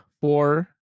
four